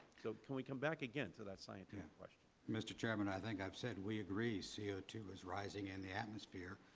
so can we come back again to that scientific question? mr. chairman, i think i have said, we agree c o two is rising in the atmosphere.